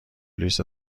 لیست